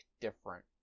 different